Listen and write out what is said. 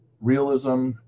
realism